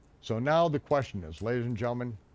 so now the question is, ladies and gentlemen,